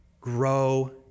grow